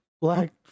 Black